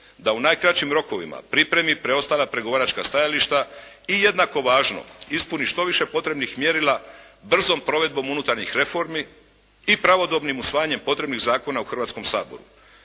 da u najkraćim rokovima pripremi preostala pregovaračka stajališta i jednako važno ispuni što više potrebnih mjerila brzom provedbom unutarnjih reformi i pravodobnim usvajanjem potrebnih zakona u Hrvatskom saboru.